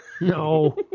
No